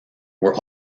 were